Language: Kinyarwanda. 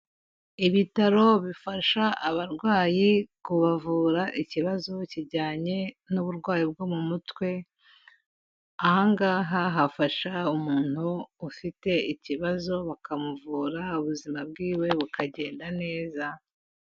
Ibitaro bifasha abarwayi kubavura ikibazo kijyanye n'uburwayi bwo mu mutwe, aha ngaha bafasha umuntu ufite ikibazo bakamuvura, ubuzima bw'iwe bukagenda neza.